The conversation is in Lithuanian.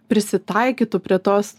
prisitaikytų prie tos